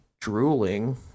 drooling